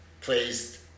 placed